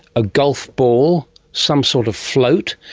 a golf ball, some sort of float.